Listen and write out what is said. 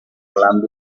glándula